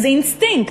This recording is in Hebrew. זה אינסטינקט.